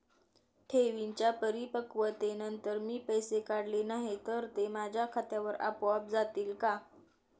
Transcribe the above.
ठेवींच्या परिपक्वतेनंतर मी पैसे काढले नाही तर ते माझ्या खात्यावर आपोआप जातील का?